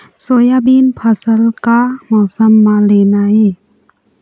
Soybean के फसल का मौसम म लेना ये?